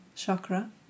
Chakra